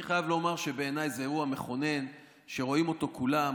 אני חייב לומר שבעיניי זה אירוע מכונן שרואים אותו כולם.